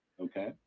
Okay